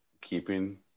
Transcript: keeping